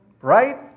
right